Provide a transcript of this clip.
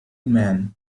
men